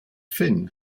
fin